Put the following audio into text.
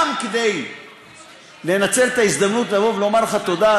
גם לנצל את ההזדמנות לבוא ולומר לך תודה,